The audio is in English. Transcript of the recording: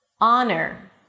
Honor